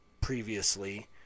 previously